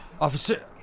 Officer